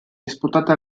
disputate